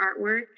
artwork